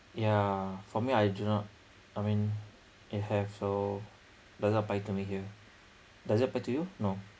ya for me I do not I mean it have so doesn't apply to me here doesn't apply to you no